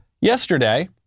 Yesterday